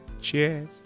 Cheers